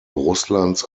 russlands